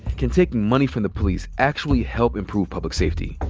can taking money from the police actually help improve public safety.